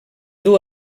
duu